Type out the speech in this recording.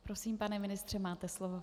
Prosím, pane ministře, máte slovo.